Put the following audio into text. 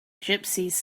gypsies